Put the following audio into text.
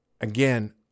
Again